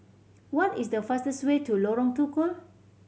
what is the fastest way to Lorong Tukol